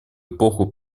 эпоху